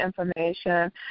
information